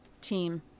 team